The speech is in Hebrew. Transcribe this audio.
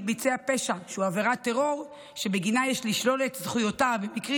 ביצע פשע שהוא עבירת טרור שבגינה יש לשלול את זכויותיו במקרים